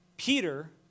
Peter